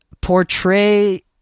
portray